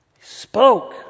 spoke